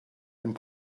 and